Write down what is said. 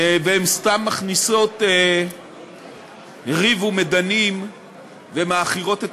והן סתם מכניסות ריב ומדנים ומעכירות את